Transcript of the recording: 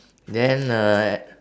then uh